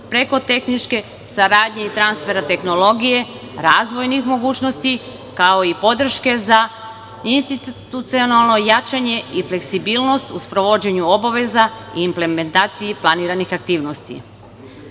preko tehničke saradnje i transfera tehnologija, razvojnih mogućnosti, kao i podrške za institucionalno jačanje i fleksibilnost u sprovođenju obaveza i implementacije planiranih aktivnosti. Ovaj